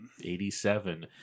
87